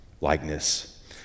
likeness